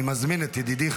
אני מזמין את ידידי,